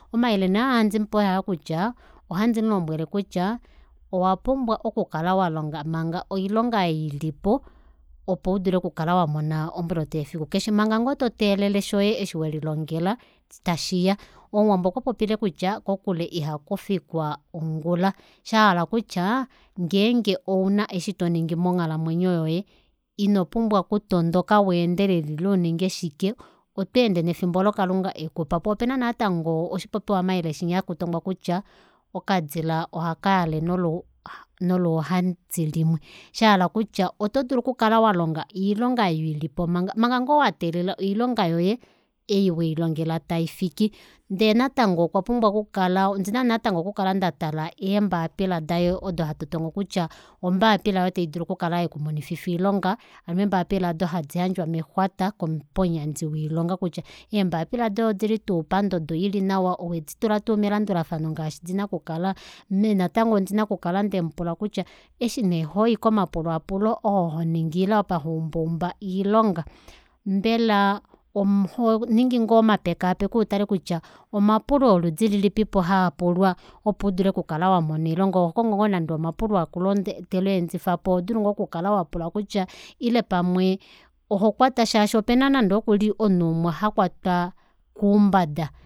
Omayele nee aa handimupe oyaakutya ohandi mulombwele kutya owapumbwa oku kala walonga manga oilonga ei ilipo opo udule oku kala wamona omboloto yefiku keshe manga ngoo toteelele shoye osho welilongela tashiya omuwambo okwa popile kutya kokule ihakufikwa ongula shahala okutya ngeenge ouna eshi toningi monghalamwenyo yoye inopumbwa kutondoka weendelele ile uninge shike otweende nefimbo olo kalunga ekupa poo opena natango oshipopiwa mayele shinya haku tongiwa kutya okadila oha kayale noluhati limwe shahala okutya oto dulu okukala walonga oilonga oyo ilipo manga manga ngoo wateeelela oilonga yoye ei welilongela taifiki ndee natango okwa pumbwa okukala ondina natango okukala ndatala eembapila daye odo hatu tongo kutya ombaapila aayo taidulu okukala yeku monififa oilonga hano eembapila aado hadi yandjwa mexwata komuyandji woilonga kutya eembapila doye odili tuu pandodo ili nawa oweditula tuu melandulafano ngaashi dina okukala ame natango ondina okukala ndemupula kutya eshi neehoyi komapulaapulo oo honingi ile apa houmbaumba oilonga mbela ohoningi ngoo omapekaapeko utale kutya omapulo oludi lilipipo haapulwa opo ukale wamona oilonga ohokongo ngoo nande omapulo makulu toleendifapo ohodulu ngoo okukala wapula kutya ile pamwe ohokwatwa shaashi opena nande okuli omunhu umwe hakwatwa koumbada